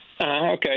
Okay